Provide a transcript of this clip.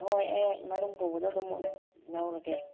ꯍꯣꯏ ꯑꯩ ꯃꯔꯨꯝ ꯄꯨꯕꯗꯨ ꯑꯗꯨꯝ ꯂꯧꯔꯒꯦ